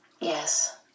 Yes